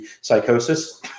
psychosis